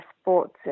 Sports